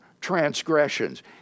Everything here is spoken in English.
transgressions